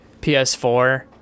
PS4